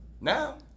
Now